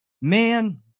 man